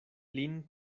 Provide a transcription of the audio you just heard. lin